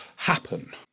happen